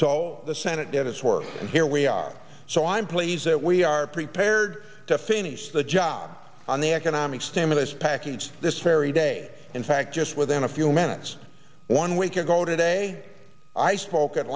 so the senate denis work and here we are so i'm pleased that we are prepared to finish the job on the economic stimulus package this very day in fact just within a few minutes one week ago today i spoke at